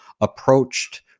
approached